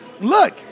Look